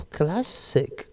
classic